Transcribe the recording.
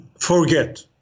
forget